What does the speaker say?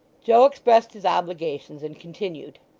joe expressed his obligations, and continued,